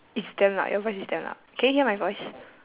it's damn loud your voice is damn loud can you hear my voice